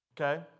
okay